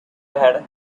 had